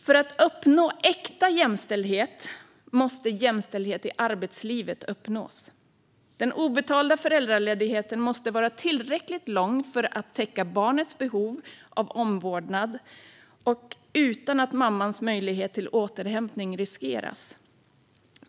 För att uppnå äkta jämställdhet måste jämställdhet i arbetslivet uppnås. Den betalda föräldraledigheten måste vara tillräckligt lång för att täcka barnets behov av omvårdnad utan att mammans möjlighet till återhämtning riskeras.